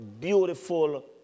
beautiful